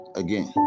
again